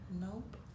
nope